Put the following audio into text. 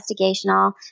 investigational